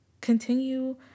continue